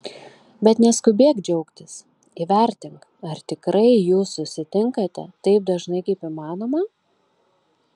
bet neskubėk džiaugtis įvertink ar tikrai jūs susitinkate taip dažnai kaip įmanoma